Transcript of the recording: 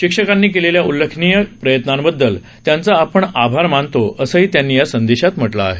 शिक्षकांनी केलेल्या उल्लेखनीय प्रयत्नांबददल त्यांचं आपण आभार मानतो असंही त्यांनी या संदेशात म्हटलं आहे